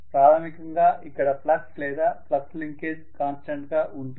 ప్రాథమికంగా ఇక్కడ ఫ్లక్స్ లేదా ఫ్లక్స్ లింకేజ్ కాన్స్టంట్ గా ఉంటుంది